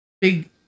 big